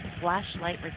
Flashlight